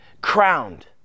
crowned